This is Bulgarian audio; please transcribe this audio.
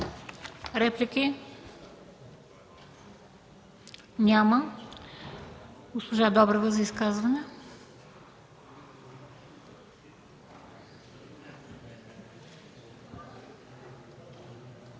Реплики? Няма. Госпожа Добрева – за изказване.